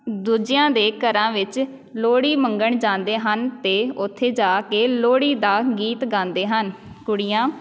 ਦੂਜਿਆਂ ਦੇ ਘਰਾਂ ਵਿੱਚ ਲੋਹੜੀ ਮੰਗਣ ਜਾਂਦੇ ਹਨ ਅਤੇ ਉੱਥੇ ਜਾ ਕੇ ਲੋਹੜੀ ਦਾ ਗੀਤ ਗਾਉਂਦੇ ਹਨ ਕੁੜੀਆਂ